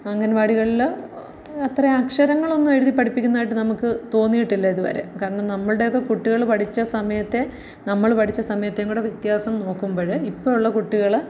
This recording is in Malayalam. അംഗനവാടികളിൽ അത്ര അക്ഷരങ്ങളൊന്നും എഴുതി പഠിപ്പിക്കുന്നതായിട്ട് നമുക്ക് തോന്നിയിട്ടില്ല ഇതുവരെ കാരണം നമ്മൾടേത് കുട്ടികൾ പഠിച്ച സമയത്തെ നമ്മൾ പഠിച്ച സമയത്തേം കൂടെ വ്യത്യാസം നോക്കുമ്പോൾ ഇപ്പോൾ ഉള്ള കുട്ടികൾ